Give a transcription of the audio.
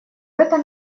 этом